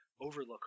Overlook